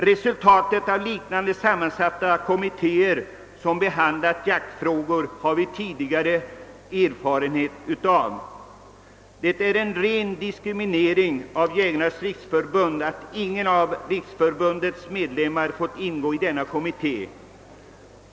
Resultatet av på liknande sätt sammansatta kommittéer som behandlat jaktfrågor har vi tidigare erfarenhet av. Det är en ren diskriminering av Jägarnas riksförbund att ingen av riksförbundets medlemmar fått ingå i denna kommitté.